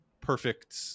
perfect